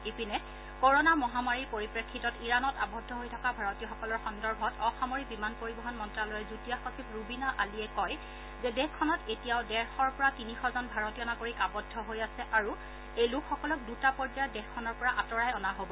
ইপিনে ক'ৰ'ণা মহামাৰীৰ পৰিপ্ৰেক্ষিতত ইৰাণত আবদ্ধ হৈ থকা ভাৰতীয়সকলৰ সন্দৰ্ভত অসামৰিক বিমান পৰিবহণ মন্ত্ৰালয়ৰ যুটীয়া সচিব ৰুবিনা আলীয়ে কয় যে দেশখনত এতিয়াও ডেৰশৰ পৰা তিনিশজন ভাৰতীয় নাগৰিক আৱদ্ধ হৈ আছে আৰু এই লোকসকলক দূটা পৰ্যায়ত দেশখনৰ পৰা আঁতৰাই অনা হ'ব